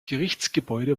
gerichtsgebäude